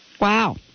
Wow